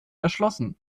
erschlossen